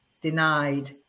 denied